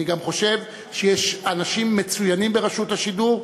אני גם חושב שיש אנשים מצוינים ברשות השידור,